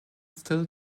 still